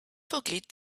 forget